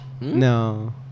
No